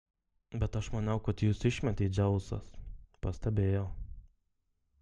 bet aš maniau kad jus išmetė dzeusas pastebėjau